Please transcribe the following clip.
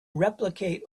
replicate